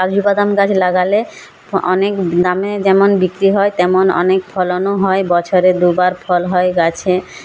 কাজুবাদাম গাছ লাগালে অনেক দামে যেমন বিক্রি হয় তেমন অনেক ফলনও হয় বছরে দুবার ফল হয় গাছে